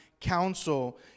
counsel